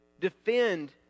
defend